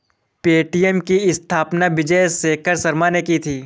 Paytm की स्थापना विजय शेखर शर्मा ने की थी